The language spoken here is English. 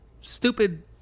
stupid